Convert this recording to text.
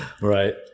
Right